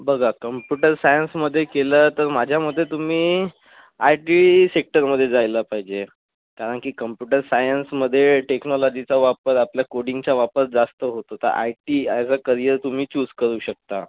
बघा कम्प्युटर सायन्समधे केलं तर माझ्या मते तुम्ही आयटी सेक्टरमधे जायला पाहिजे कारण की कम्प्युटर सायन्समधे टेक्नॉलजीचा वापर आपल्या कोडिंगचा वापर जास्त होत होता आयटी अॅज अ करियर तुम्ही चूज करू शकता